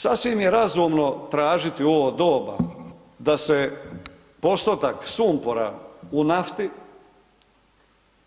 Sasvim je razumno tražiti u ovo doba, da se postotak sumpora u nafti